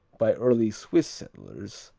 by early swiss settlers,